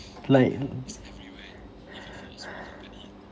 like